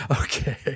Okay